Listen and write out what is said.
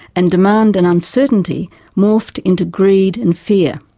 and demand and uncertainty morphed into greed and fear.